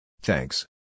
Thanks